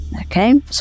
okay